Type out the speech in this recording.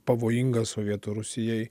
pavojinga sovietų rusijai